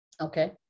okay